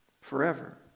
Forever